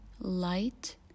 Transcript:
light